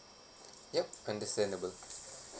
ya understandable